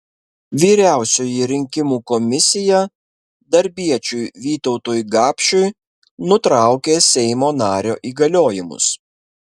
vyriausioji rinkimų komisija darbiečiui vytautui gapšiui nutraukė seimo nario įgaliojimus